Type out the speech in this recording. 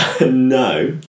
No